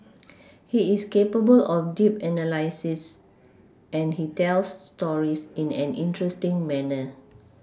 he is capable of deep analysis and he tells stories in an interesting manner